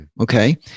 Okay